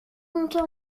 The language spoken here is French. content